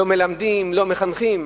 לא מלמדים, לא מחנכים.